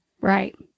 Right